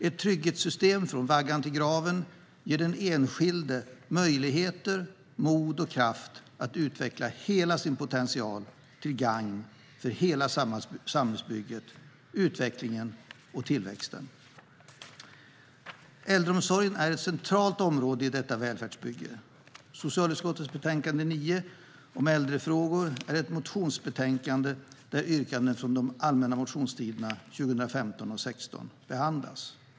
Ett trygghetssystem från vaggan till graven ger den enskilde möjligheter, mod och kraft att utveckla hela sin potential till gagn för hela samhällsbygget, utvecklingen och tillväxten. Äldreomsorgen är ett centralt område i detta välfärdsbygge. Socialutskottets betänkande 9 om äldrefrågor är ett motionsbetänkande där yrkanden från allmänna motionstiden 2015 och 2016 behandlas.